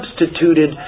substituted